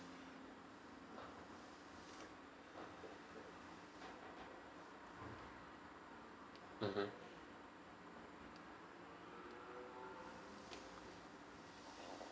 mmhmm